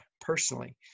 personally